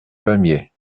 pamiers